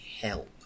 help